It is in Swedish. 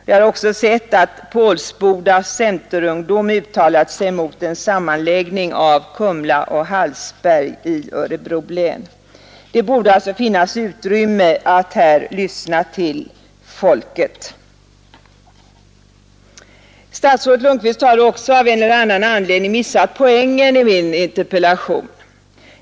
Jag har också sett att Pålsboda centerungdom uttalat sig mot en sammanslagning av Kumla och Hallsberg i Örebro län. Det borde finnas utrymme att här lyssna till folket. Statsrådet Lundkvist hade också av en eller annan anledning missat poängen i min interpellation.